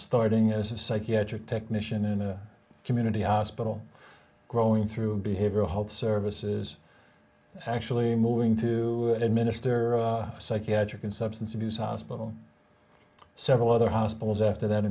starting as a psychiatric technician and community hospital growing through a behavioral health services actually moving to administer psychiatric and substance abuse hospital several other hospitals after that